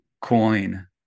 coin